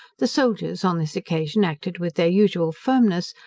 the soldiers on this occasion acted with their usual firmness,